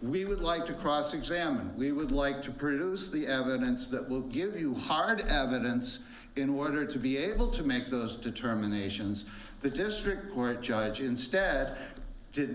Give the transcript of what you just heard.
we would like to cross examine we would like to criticize the evidence that will give you hard evidence in order to be able to make those determinations the district court judge instead did